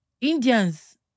Indians